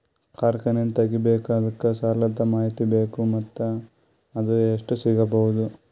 ಕಾರ್ಖಾನೆ ತಗಿಬೇಕು ಅದಕ್ಕ ಸಾಲಾದ ಮಾಹಿತಿ ಬೇಕು ಮತ್ತ ಅದು ಎಷ್ಟು ಸಿಗಬಹುದು?